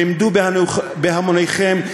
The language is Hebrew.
למדו בהמוניכם,